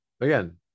again